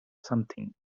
something